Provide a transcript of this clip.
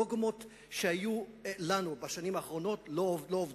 הדוגמאות שהיו לנו בשנים האחרונות לא עובדות.